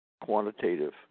quantitative